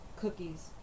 cookies